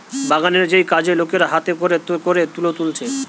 বাগানের যেই কাজের লোকেরা হাতে কোরে কোরে তুলো তুলছে